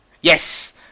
Yes